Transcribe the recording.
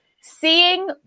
Seeing